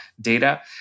data